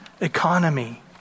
economy